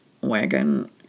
wagon